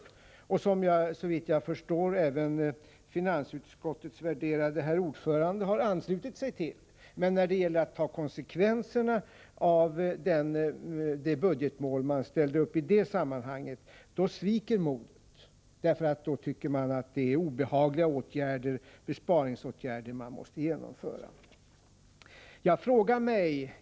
Den målsättningen har, såvitt jag förstår, även finansutskottets värderade herr ordförande anslutit sig till. Men när det gäller att ta konsekvenserna av det mål för budgeten som ställdes upp i det sammanhanget, då sviker modet därför att regeringen tycker att de nödvändiga besparingsåtgärderna är obehagliga att genomföra.